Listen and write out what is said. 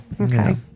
Okay